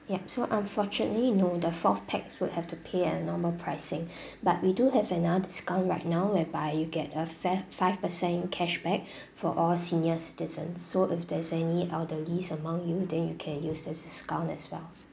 yup so unfortunately no the fourth pax would have to pay at a normal pricing but we do have another discount right now whereby you get a fav~ five percent cashback for all senior citizens so if there's any elderlies among you then you can use this discount as well